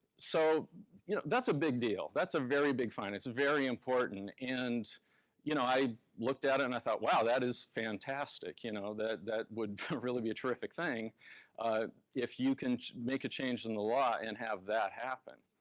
so you know that's a big deal, that's a very big find. it's very important. and you know i looked at it and i thought, wow, that is fantastic. you know that that would really be a terrific thing if you can make a change in the law and have that happen.